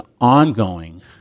ongoing